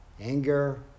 anger